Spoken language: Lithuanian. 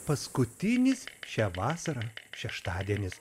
paskutinis šią vasarą šeštadienis